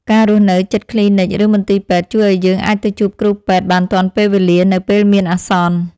ការរស់នៅជិតគ្លីនិកឬមន្ទីរពេទ្យជួយឱ្យយើងអាចទៅជួបគ្រូពេទ្យបានទាន់ពេលវេលានៅពេលមានអាសន្ន។